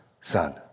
son